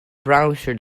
browser